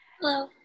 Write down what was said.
Hello